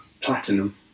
Platinum